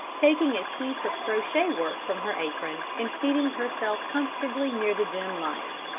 taking a piece of crochet-work from her apron and seating herself comfortably near the dim light.